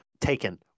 Taken